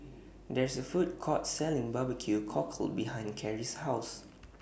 There IS A Food Court Selling Barbecue Cockle behind Kerry's House